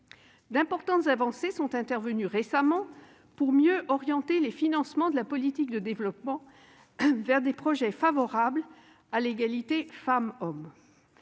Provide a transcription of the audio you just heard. D'importantes avancées sont intervenues récemment pour mieux orienter les financements de la politique de développement vers des projets favorables à l'égalité entre les femmes